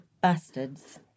bastards